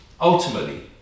ultimately